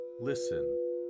listen